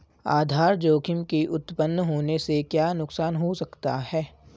आधार जोखिम के उत्तपन होने से क्या नुकसान हो सकता है?